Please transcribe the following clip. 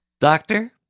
Doctor